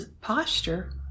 posture